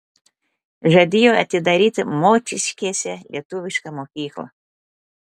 žadėjo atidaryti mociškėse lietuvišką mokyklą